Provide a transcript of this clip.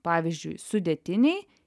pavyzdžiui sudėtiniai